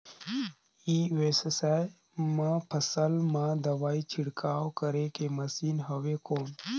ई व्यवसाय म फसल मा दवाई छिड़काव करे के मशीन हवय कौन?